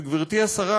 וגברתי השרה,